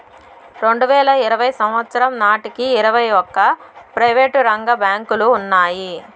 రెండువేల ఇరవై సంవచ్చరం నాటికి ఇరవై ఒక్క ప్రైవేటు రంగ బ్యాంకులు ఉన్నాయి